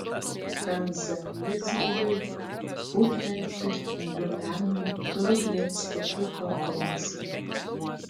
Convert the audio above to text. hanza lizingui ūgtelti labiau pernai trukdė stipri konkurencija